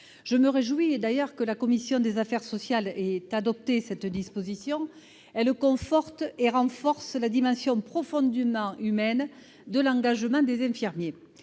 Je me réjouis que la commission des affaires sociales ait adopté cette disposition, qui conforte et renforce la dimension profondément humaine de l'engagement des infirmiers.